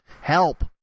help